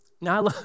Now